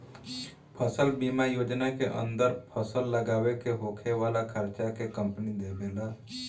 फसल बीमा योजना के अंदर फसल लागावे में होखे वाला खार्चा के कंपनी देबेला